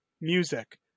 music